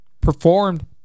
performed